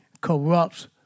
corrupts